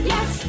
Yes